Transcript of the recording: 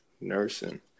nursing